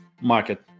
market